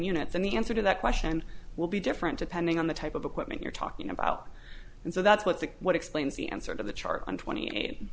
units and the answer to that question will be different depending on the type of equipment you're talking about and so that's what the what explains the answer to the charge on twenty